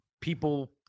people